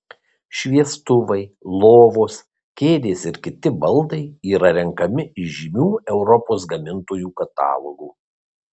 šviestuvai lovos kėdės ir kiti baldai yra renkami iš žymių europos gamintojų katalogų